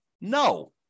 No